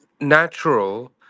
natural